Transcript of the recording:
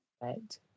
right